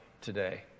today